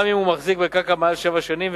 גם אם הוא מחזיק בקרקע מעל שבע שנים,